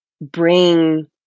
bring